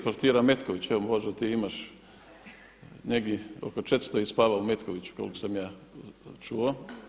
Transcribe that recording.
Profitira Metković, evo Božo ti imaš negdje oko 400 ih spava u Metkoviću koliko sam ja čuo.